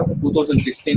2016